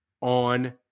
on